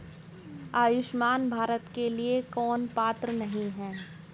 आयुष्मान भारत के लिए कौन पात्र नहीं है?